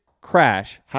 crash